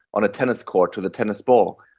on a tennis court to the tennis ball,